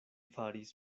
faris